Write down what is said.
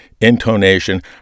intonation